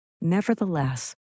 Nevertheless